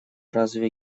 разве